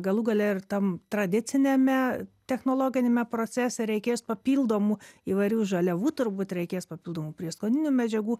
galų gale ir tam tradiciniame technologiniame procese reikės papildomų įvairių žaliavų turbūt reikės papildomų prieskoninių medžiagų